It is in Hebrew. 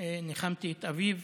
ניחמתי את אביו.